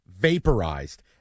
vaporized